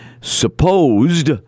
supposed